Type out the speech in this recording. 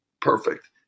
perfect